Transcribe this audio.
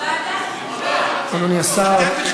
אדוני השר, בבקשה.